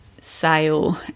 sale